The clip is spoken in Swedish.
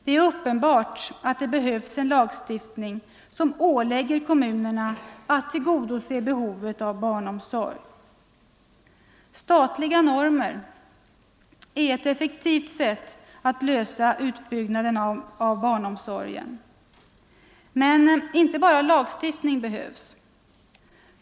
Det är uppenbart att det behövs en lagstiftning som ålägger kommunerna att tillgodose behovet av barnomsorg. Statliga normer är ett effektivt sätt att lösa utbyggnaden av barnomsorgen. Men inte bara en lagstiftning behövs.